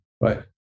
Right